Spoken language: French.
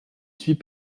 suis